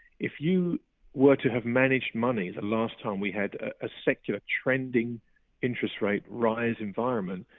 if you were to have managed money the last time we had a secular trending interest rate rise environment,